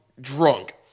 drunk